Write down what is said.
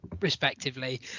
respectively